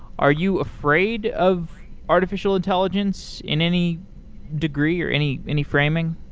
are you afraid of artificial intelligence in any degree or any any framing?